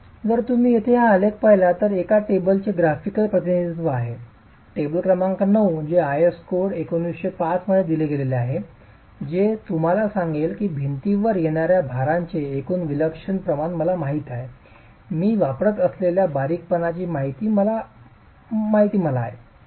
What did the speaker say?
तर जर तुम्ही येथे हा आलेख पाहिला तर हे एका टेबलचे ग्राफिकल प्रतिनिधित्व आहे टेबल क्रमांक 9 जे आयएस कोड IS 1905 मध्ये दिले गेले आहे जे तुम्हाला सांगेल की भिंतीवर येणार्या भारांचे एकूण विलक्षण प्रमाण मला माहित आहे मी वापरत असलेल्या बारीकपणाची माहिती मला आहे